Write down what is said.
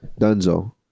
dunzo